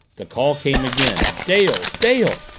the call came again. dale! dale!